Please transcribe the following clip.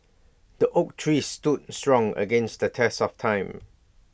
the oak tree stood strong against the test of time